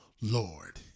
Lord